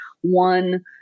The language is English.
one